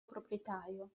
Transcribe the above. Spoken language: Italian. proprietario